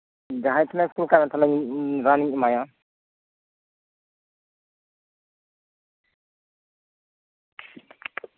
ᱡᱟᱦᱟᱸᱭ ᱜᱮ ᱠᱩᱞ ᱠᱟᱭ ᱢᱮ ᱛᱟᱞᱦᱮ ᱨᱟᱱᱤᱧ ᱮᱢᱟᱭᱟ